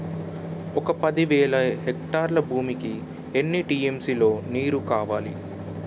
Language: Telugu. ఒక పది వేల హెక్టార్ల భూమికి ఎన్ని టీ.ఎం.సీ లో నీరు కావాలి?